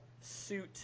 suit